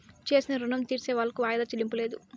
చేసిన రుణం తీర్సేవాళ్లకు వాయిదా చెల్లింపు లేదు